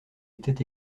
était